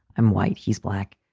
i'm white. he's black,